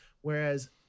Whereas